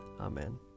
Amen